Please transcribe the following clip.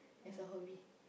as a hobby